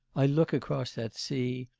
i look across that sea,